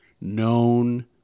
known